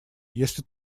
если